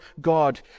God